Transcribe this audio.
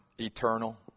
eternal